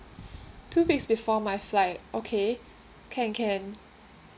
two weeks before my flight okay can can